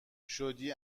شدی